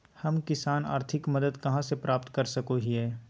हम किसान आर्थिक मदत कहा से प्राप्त कर सको हियय?